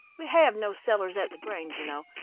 we have no cellars at the grange, you know.